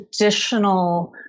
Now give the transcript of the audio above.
additional